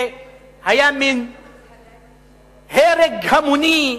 זה היה מין הרג המוני,